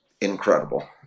incredible